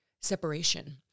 separation